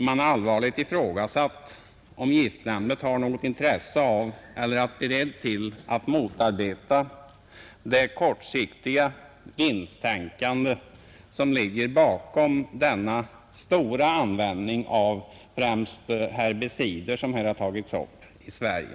Man har allvarligt ifrågasatt, om giftnämnden har något intresse av eller är beredd till att motarbeta det kortsiktiga vinsttänkande som ligger bakom den stora användningen av främst herbicider i Sverige.